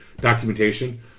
documentation